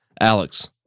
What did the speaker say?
Alex